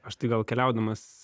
aš tai gal keliaudamas